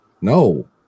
no